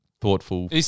thoughtful